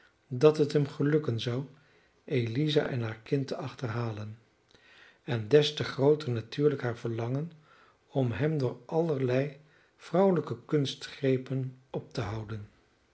dat het hem gelukken zou eliza en haar kind te achterhalen en des te grooter natuurlijk haar verlangen om hem door allerlei vrouwelijke kunstgrepen op te houden